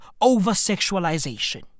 over-sexualization